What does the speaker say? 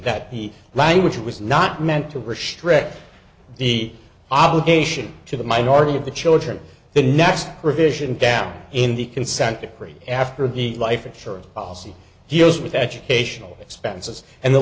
the language was not meant to restrict the obligation to the minority of the children the next revision down in the consent decree after the life insurance policy he owes with educational expenses and the